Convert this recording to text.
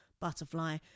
butterfly